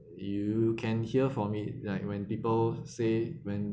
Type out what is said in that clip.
you can hear for me like when people say when